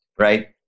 right